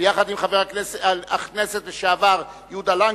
ויחד עם חבר הכנסת לשעבר יהודה לנקרי,